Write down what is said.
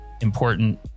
important